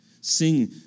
Sing